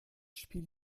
spiel